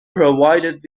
provided